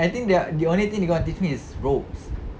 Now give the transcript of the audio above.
I think the only thing they gonna teach me is ropes